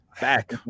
back